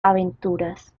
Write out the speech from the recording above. aventuras